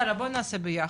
יאללה בוא נעשה ביחד,